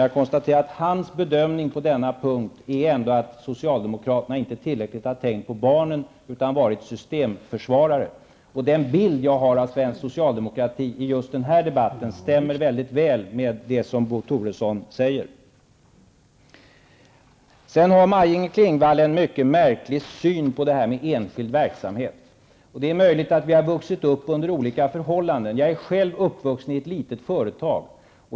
Jag konstaterar att hans bedömning på denna punkt är att socialdemokraterna inte tillräckligt har tänkt på barnen utan varit systemförsvarare. Den bild jag har av svensk socialdemokrati i just denna debatt stämmer väl med det som Bo Toresson säger. Maj-Inger Klingvall har en mycket märklig syn på detta med enskild verksamhet. Det är möjligt att vi har vuxit upp under olika förhållanden. Jag är själv uppvuxen med ett litet företag.